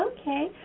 Okay